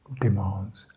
demands